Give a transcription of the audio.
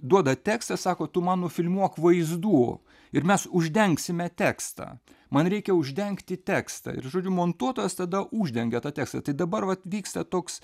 duoda tekstą sako tu man nufilmuok vaizdų ir mes uždengsime tekstą man reikia uždengti tekstą ir žodžiu montuotojas tada uždengia tą tekstą tai dabar vat vyksta toks